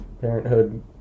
Parenthood